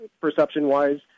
perception-wise